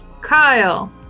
Kyle